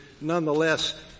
nonetheless